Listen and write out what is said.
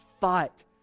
fight